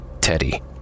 Teddy